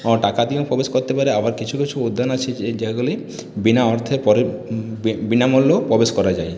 কোনো টাকা দিয়েও প্রবেশ করতে পারি আবার কিছু কিছু উদ্যান আছে যেগুলি বিনা অর্থে বিনামূল্যেও প্রবেশ করা যায়